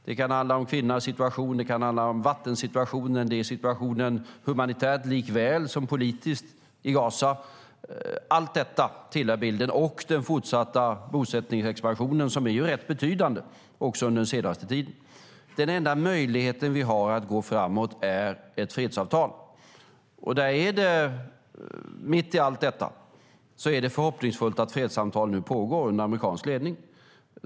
Det kan handla om kvinnornas situation, om vattensituationen och om situationen humanitärt likväl som politiskt i Gaza. Allt detta tillhör bilden och den fortsatta bosättningsexpansionen som ju har varit rätt betydande också under den senaste tiden. Den enda möjligheten som vi har att gå framåt är ett fredsavtal. Mitt i allt detta är det förhoppningsfullt att fredssamtal nu pågår under amerikansk ledning.